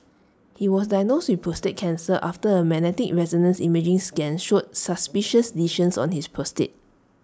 he was diagnosed with prostate cancer after A magnetic resonance imaging scan showed suspicious lesions on his prostate